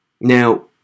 Now